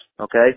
okay